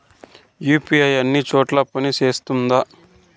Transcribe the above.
UPI అన్ని చోట్ల పని సేస్తుందా?